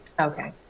okay